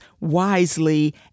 wisely